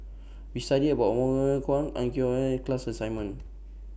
We studied about Wong Meng Voon Koh Ang Hiong Chiok and class assignment